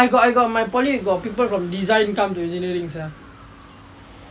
I got I got my poly got people from design come to engineering sia